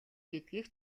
гэдгийг